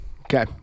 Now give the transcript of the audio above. Okay